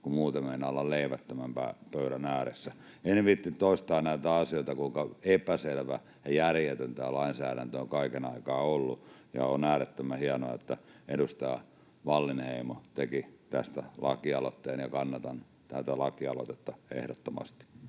kun muuten meinaa olla leivättömän pöydän ääressä. En viitsi toistaa näitä asioita, kuinka epäselvä ja järjetön tämä lainsäädäntö on kaiken aikaa ollut. On äärettömän hienoa, että edustaja Wallinheimo teki tästä lakialoitteen, ja kannatan tätä lakialoitetta ehdottomasti.